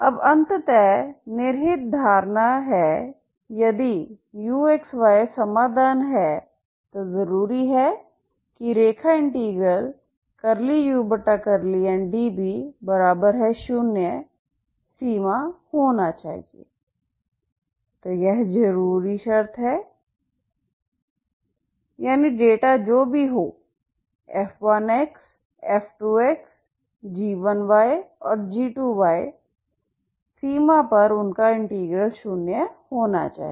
अब अंत र्निहित धारणा है यदि uxyसमाधान है तो जरूरी है कि∂u∂ndb 0सीमा होना चाहिए तो यह जरूरी शर्त है यानी डेटा जो भी हो f1 f2 g1 और g2 सीमा पर उनका इंटीग्रल शून्य होना चाहिए